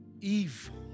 evil